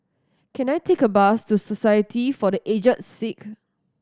can I take a bus to Society for The Aged Sick